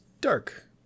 dark